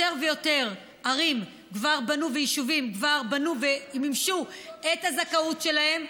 יותר ויותר ערים ויישובים כבר בנו ומימשו את הזכאות שלהם.